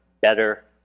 better